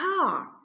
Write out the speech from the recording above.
car